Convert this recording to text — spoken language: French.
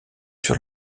sur